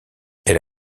elle